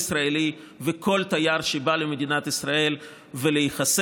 לבוא כל ישראלי וכל תייר שבא למדינת ישראל ולהיחשף